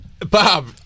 Bob